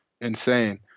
insane